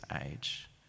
age